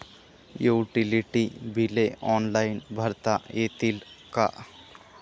Utility बिले online भरता येतील का?